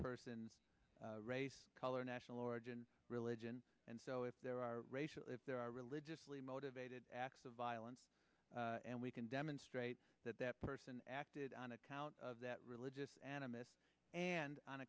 person race color or national origin religion and so if there are racial if there are religiously motivated acts of violence and we can demonstrate that that person acted on account of that religious animus and on